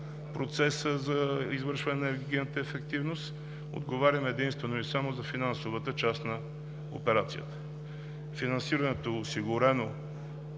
процеса за извършване на енергийната ефективност. Отговаряме единствено и само за финансовата част на операцията. Финансирането е осигурено